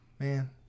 man